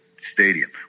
stadium